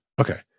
Okay